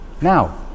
Now